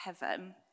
heaven